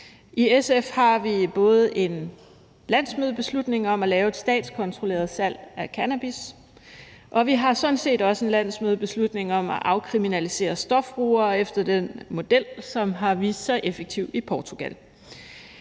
I SF har vi både en landsmødebeslutning om at lave et statskontrolleret salg af cannabis, og vi har sådan set også en landsmødebeslutning om at afkriminalisere stofbrugere efter den model, som har vist sig effektiv i Portugal.